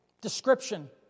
description